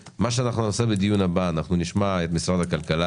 בדיון הבא נשמע את משרד הכלכלה